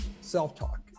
Self-talk